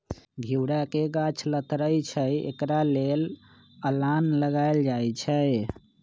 घिउरा के गाछ लथरइ छइ तऽ एकरा लेल अलांन लगायल जाई छै